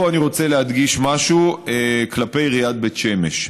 פה אני רוצה להדגיש משהו כלפי עיריית בית שמש.